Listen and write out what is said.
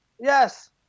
yes